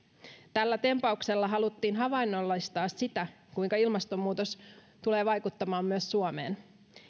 tällä tempauksella haluttiin havainnollistaa sitä kuinka ilmastonmuutos tulee vaikuttamaan myös suomeen